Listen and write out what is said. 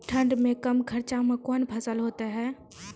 ठंड मे कम खर्च मे कौन फसल होते हैं?